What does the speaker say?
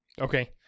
Okay